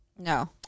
No